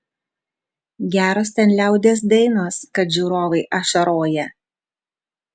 geros ten liaudies dainos kad žiūrovai ašaroja